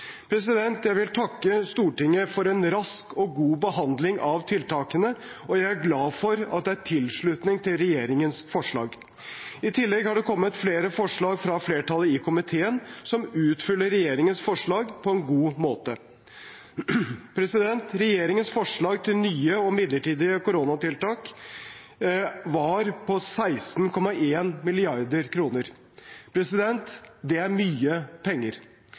Jeg vil takke Stortinget for en rask og god behandling av tiltakene, og jeg er glad for at det er tilslutning til regjeringens forslag. I tillegg har det kommet flere forslag fra flertallet i komiteen, som utfyller regjeringens forslag på en god måte. Regjeringens forslag til nye og midlertidige koronatiltak var på 16,1 mrd. kr. Det er mye penger.